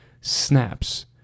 snaps